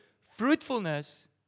fruitfulness